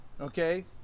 Okay